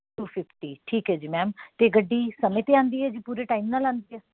to fifty ਠੀਕ ਹੈ ਜੀ ਮੈਮ ਅਤੇ ਗੱਡੀ ਸਮੇਂ 'ਤੇ ਆਉਂਦੀ ਹੈ ਜੀ ਪੂਰੇ ਟਾਈਮ ਨਾਲ ਆਉਂਦੀ ਹੈ